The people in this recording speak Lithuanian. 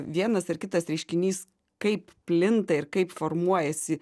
vienas ar kitas reiškinys kaip plinta ir kaip formuojasi